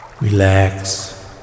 Relax